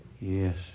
yes